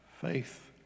faith